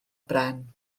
bren